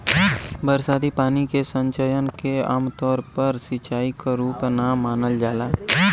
बरसाती पानी के संचयन के आमतौर पर सिंचाई क रूप ना मानल जाला